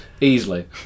Easily